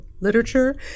Literature